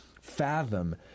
fathom